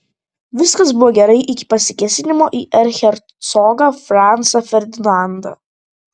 viskas buvo gerai iki pasikėsinimo į erchercogą francą ferdinandą